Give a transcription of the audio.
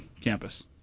campus